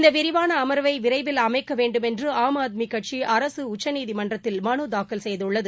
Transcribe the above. இந்த விரிவாள அமர்வை விரைவில் அமைக்க வேண்டுமென்று ஆம் ஆத்மி கட்சி அரசு உச்சநீதிமன்றத்தில் மனு தாக்கல் செய்துள்ளது